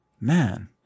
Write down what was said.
Man